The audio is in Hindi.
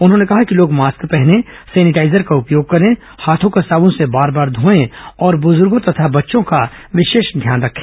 उन्होंने कहा कि लोग मास्क पहनें सेनेटाईजर का उपयोग करें हाथों को साबुन से बार बार धोयें और बुजुर्गों तथा बच्चों का विशेष ध्यान रखें